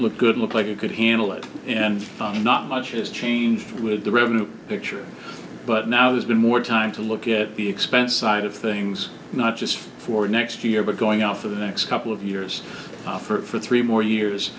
look good looks like you could handle it and not much has changed with the revenue picture but now there's been more time to look at the expense side of things not just for next year but going out for the next couple of years or for three more years